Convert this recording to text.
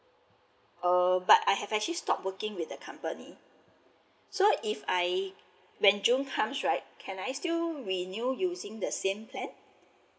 oh but I have actually stopped working with the company so if I when june comes right can I still renew using the same plan